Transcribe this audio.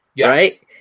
right